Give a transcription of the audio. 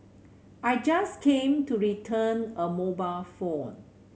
I just came to return a mobile phone